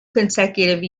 consecutive